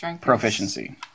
proficiency